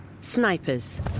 ...sniper's